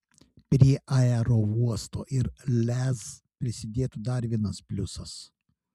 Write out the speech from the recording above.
prie aerouosto ir lez prisidėtų dar vienas pliusas